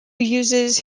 uses